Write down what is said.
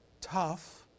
tough